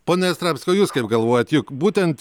pone jastramski o jūs kaip galvojat juk būtent